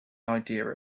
idea